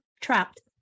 trapped